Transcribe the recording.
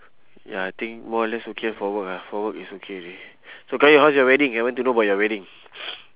ya I think more or less okay for work ah for work is okay already so qayyum how's your wedding I want to know about your wedding